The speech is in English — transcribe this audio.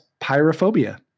pyrophobia